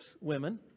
women